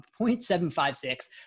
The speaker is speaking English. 0.756